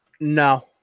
No